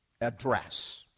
address